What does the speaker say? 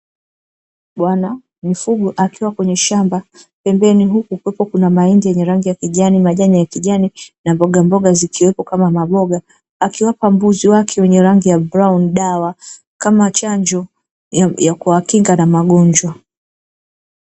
Bwana mifugo akiwa kwenye shamba huku pembeni kukiwa na mahindi yenye rangi ya kijani, majani ya kijani na mboga mboga zikiwepo kama maboga, akiwapa mbuzi wake wenye rangi ya brauni dawa kama chanjo ya kuwakinga na magonjwa.